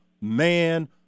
man